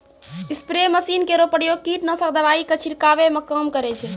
spray machine केरो प्रयोग कीटनाशक दवाई क छिड़कावै म काम करै छै